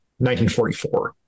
1944